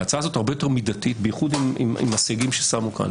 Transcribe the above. ההצעה הזאת הרבה יותר מידתית במיוחד עם הסייגים ששמו כאן.